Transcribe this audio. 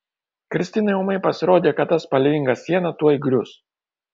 kristinai ūmai pasirodė kad ta spalvinga siena tuoj grius